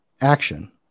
action